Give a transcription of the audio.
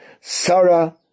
Sarah